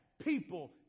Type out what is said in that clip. People